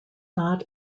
not